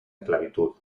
esclavitud